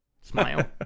smile